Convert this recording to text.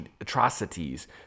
atrocities